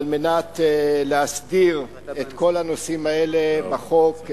כדי להסדיר את כל הנושאים האלה בחוק,